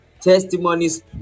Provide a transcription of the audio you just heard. Testimonies